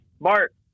Bart